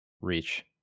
reach